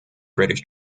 british